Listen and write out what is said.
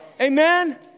Amen